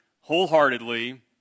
wholeheartedly